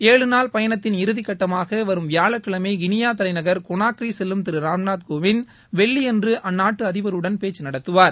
ஏழு நாள் பயனத்தின் இறுதிக்கட்டமாக வரும் வியாழக்கிழமை கினியா தலைநகர் கொனாக்ரி செல்லும் திரு ராம்நாத் கோவிந்த் வெள்ளியன்று அந்நாட்டு அதிபருடன் பேச்சு நடத்துவார்